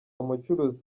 umucuruzi